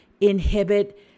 inhibit